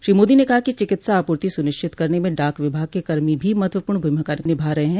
श्री मोदी ने कहा कि चिकित्सा आपूर्ति सुनिश्चित करने में डाक विभाग के कर्मी भी महत्वपूर्ण भूमिका निभा रहे हैं